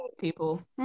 People